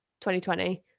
2020